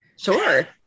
Sure